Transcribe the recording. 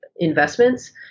investments